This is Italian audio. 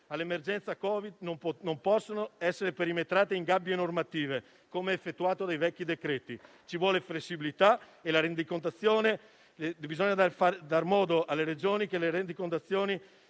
all'emergenza Covid non possono essere perimetrate in gabbie normative, come effettuato dai vecchi decreti. Ci vuole flessibilità. Bisogna concedere alle Regioni che le rendicontazioni